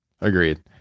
agreed